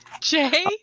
Jay